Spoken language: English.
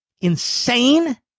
insane